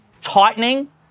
tightening